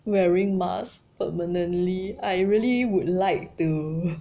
wearing mask permanently I really would like to